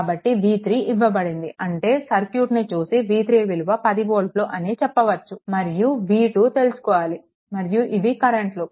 కాబట్టి v3 ఇవ్వబడింది అంటే సర్క్యూట్ని చూసి v3 విలువ 10 వోల్ట్లు అని చెప్పవచ్చు మరియు v2 తెలుసుకోవాలి మరియు ఇవి కరెంట్లు